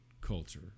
culture